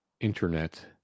internet